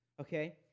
okay